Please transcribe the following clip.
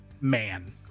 man